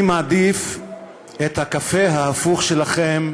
אני מעדיף את הקפה ההפוך שלכם